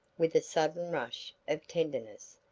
with a sudden rush of tenderness,